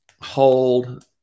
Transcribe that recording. hold